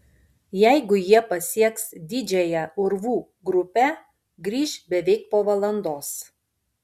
jeigu jie pasieks didžiąją urvų grupę grįš beveik po valandos